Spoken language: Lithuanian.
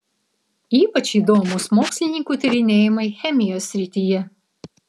ypač įdomūs mokslininkų tyrinėjimai chemijos srityje